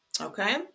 okay